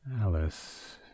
Alice